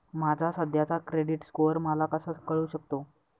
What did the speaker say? माझा सध्याचा credit score मला कसा कळू शकतो?